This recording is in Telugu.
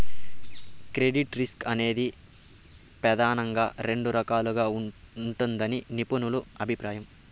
క్రెడిట్ రిస్క్ అనేది ప్రెదానంగా రెండు రకాలుగా ఉంటదని నిపుణుల అభిప్రాయం